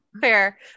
fair